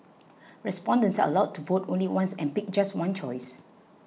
respondents are allowed to vote only once and pick just one choice